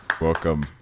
Welcome